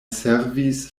servis